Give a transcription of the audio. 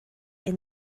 and